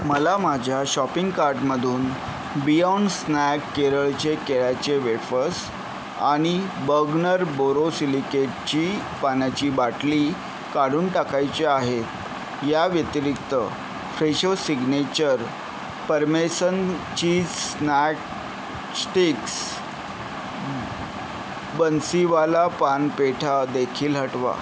मला माझ्या शॉपिंग कार्टमधून बियाँड स्नॅक केरळचे केळ्याचे वेफर्स आणि बगनर बोरोसिलिकेटची पाण्याची बाटली काढून टाकायची आहे या व्यतिरिक्त Fresho signature parmesan cheese snack sticks Bansiwala paan पेठादेखील हटवा